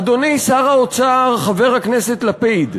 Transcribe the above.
אדוני שר האוצר חבר הכנסת לפיד,